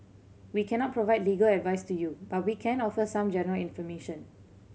we cannot provide legal advice to you but we can offer some general information